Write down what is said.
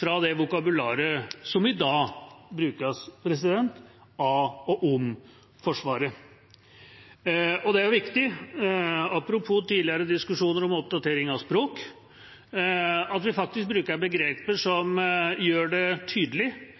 fra det vokabularet som i dag brukes av og om Forsvaret. Det er jo viktig, apropos tidligere diskusjoner om oppdatering av språk, at vi faktisk bruker begreper som gjør det tydelig